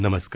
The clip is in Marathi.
नमस्कार